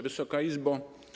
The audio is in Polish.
Wysoka Izbo!